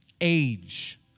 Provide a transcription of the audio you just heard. age